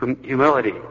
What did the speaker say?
humility